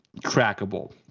trackable